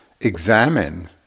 examine